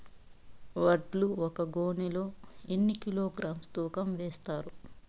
వడ్లు ఒక గోనె లో ఎన్ని కిలోగ్రామ్స్ తూకం వేస్తారు?